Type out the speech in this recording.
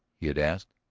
he had asked.